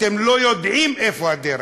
אתם לא יודעים איפה הדרך.